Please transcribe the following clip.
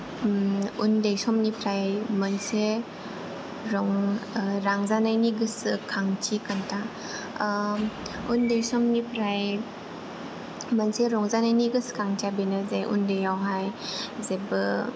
उन्दै समनिफ्राय मोनसे ओ रंजानायनि गोसोखांथि खोथा ओ उन्दै समनिफ्राय मोनसे रंजानायनि गोसोखांथिया बेनो दि उन्दैयावहाय जेबो